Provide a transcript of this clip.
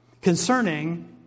Concerning